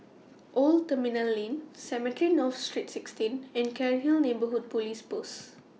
Old Terminal Lane Cemetry North Saint sixteen and Cairnhill Neighbourhood Police Post